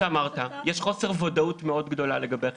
יש חוסר ודאות מאוד גדול לגבי החיסון,